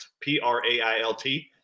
P-R-A-I-L-T